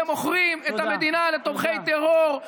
אתם מוכרים את המדינה לתומכי טרור.